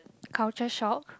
culture shock